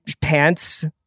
pants